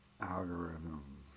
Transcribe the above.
algorithm